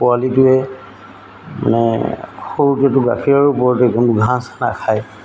পোৱালিটোৱে মানে সৰুতেতো গাখীৰৰ ওপৰতে কোনো ঘাঁহ চাহ নাখায়